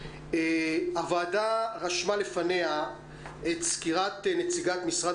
הוועדה רשמה לפניה את הסקירה של נציגת משרד